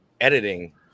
editing